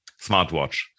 smartwatch